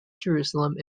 jerusalem